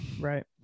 Right